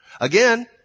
Again